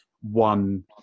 one